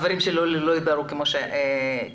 הדברים שלי לא הובהרו כמו שצריך.